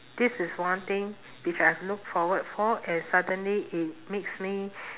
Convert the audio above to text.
this is one thing which I've looked forward for and suddenly it makes me